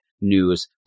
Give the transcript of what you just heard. news